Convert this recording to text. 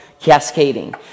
Cascading